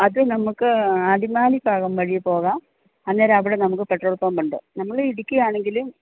അത് നമുക്ക് അടിമാലി ഭാഗം വഴി പോകാം അന്നേരം അവിടെ നമുക്ക് പെട്രോൾ പമ്പ് ഉണ്ട് നമ്മൾ ഇടുക്കി ആണെങ്കിൽ